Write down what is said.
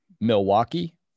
Milwaukee